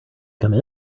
come